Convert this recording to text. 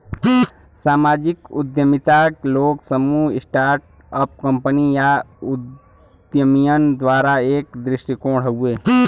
सामाजिक उद्यमिता लोग, समूह, स्टार्ट अप कंपनी या उद्यमियन द्वारा एक दृष्टिकोण हउवे